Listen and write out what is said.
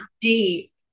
deep